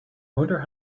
wonder